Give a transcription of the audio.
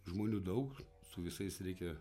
žmonių daug su visais reikia